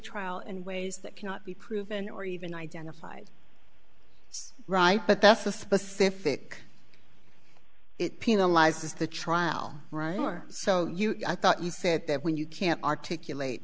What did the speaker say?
trial in ways that cannot be proven or even identified right but that's the specific it penalizes the trial right or so i thought you said that when you can't articulate